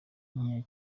nkeya